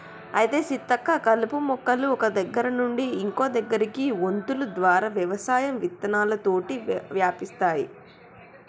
అయితే సీతక్క కలుపు మొక్కలు ఒక్క దగ్గర నుండి ఇంకో దగ్గరకి వొంతులు ద్వారా వ్యవసాయం విత్తనాలతోటి వ్యాపిస్తాయి